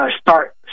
start